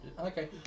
okay